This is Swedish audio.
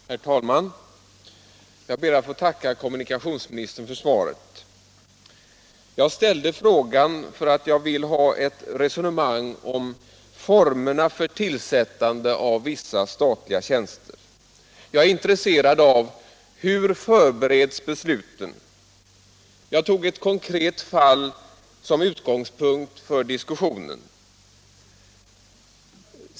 Herr talman! Jag ber att få tacka kommunikationsministern för svaret. Jag ställde frågan därför att jag ville ha ett resonemang om formerna för tillsättande av vissa statliga tjänster. Jag är intresserad av hur besluten förbereds. Jag tog ett konkret fall såsom utgångspunkt för diskussionen.